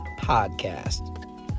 podcast